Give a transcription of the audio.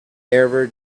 ever